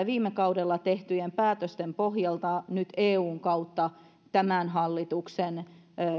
viime kaudella tehtyjen päätösten pohjalta nyt eun kautta tämän hallituksen